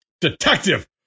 Detective